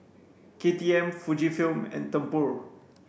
K T M Fujifilm and Tempur